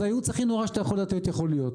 זה הייעוץ הכי נורא שאתה יכול לתת, יכול להיות.